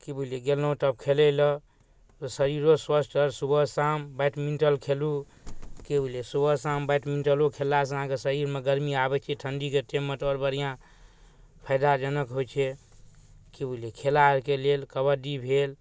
कि बुझलिए गेलहुँ तब खेलैलए तऽ शरीरो स्वस्थ रहल सुबह शाम बैडमिन्टन खेलू कि बुझलिए सुबह शाम बैडमिन्टनो खेललासँ अहाँके शरीरमे गरमी आबै छै ठण्डीके टाइममे तऽ आओर बढ़िआँ फाइदाजनक होइ छै कि बुझलिए खेला आओरके लेल कबड्डी भेल